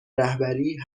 رهبری